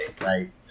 right